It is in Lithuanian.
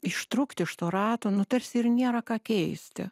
ištrūkti iš to rato nu tarsi ir nėra ką keisti